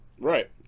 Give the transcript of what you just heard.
right